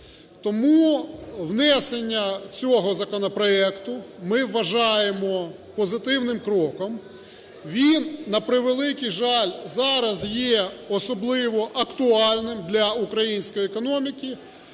Тому внесення цього законопроекту ми вважаємо позитивним кроком, він, на превеликий жаль, зараз є особливо актуальним для української економіки,